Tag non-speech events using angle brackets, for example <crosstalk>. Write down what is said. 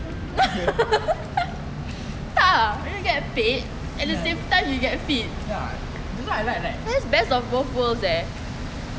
<laughs> tak ah you get paid at the same time you get fit that's the best of both world eh